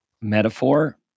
metaphor